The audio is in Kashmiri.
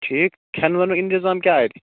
ٹھیٖک کھیٚنہٕ ویٚنُک اِنتِظام کیٛاہ اتہِ